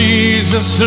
Jesus